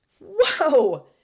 Wow